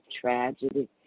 tragedy